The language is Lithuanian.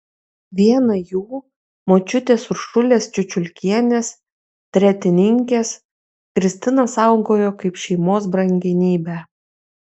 vieną jų močiutės uršulės čiučiulkienės tretininkės kristina saugojo kaip šeimos brangenybę